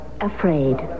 afraid